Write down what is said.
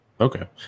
okay